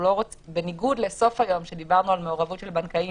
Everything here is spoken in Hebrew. בניגוד לסוף היום, שדיברנו על מעורבות של בנקאים,